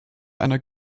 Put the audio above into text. einer